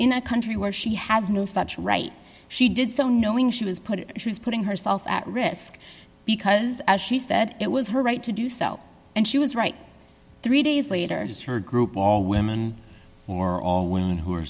in a country where she has no such right she did so knowing she was put putting herself at risk because as she said it was her right to do so and she was right three days later as her group all women or all women who